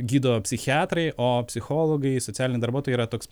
gydo psichiatrai o psichologai socialiniai darbuotojai yra toks